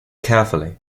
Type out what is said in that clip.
carefully